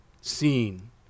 seen